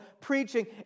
preaching